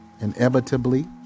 Inevitably